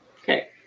Okay